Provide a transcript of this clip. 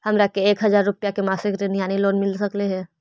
हमरा के एक हजार रुपया के मासिक ऋण यानी लोन मिल सकली हे?